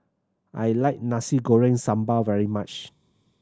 I like Nasi Goreng Sambal very much